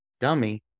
dummy